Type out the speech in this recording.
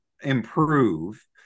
improve